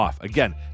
Again